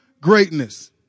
greatness